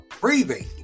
breathing